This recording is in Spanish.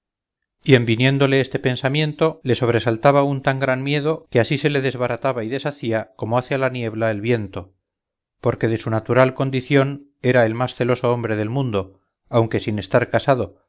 en viniéndole este pensamiento le sobresaltaba un tan gran miedo que así se le desbarataba y deshacía como hace a la niebla el viento porque de su natural condición era el más celoso hombre del mundo aun sin estar casado